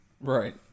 Right